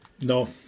No